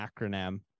acronym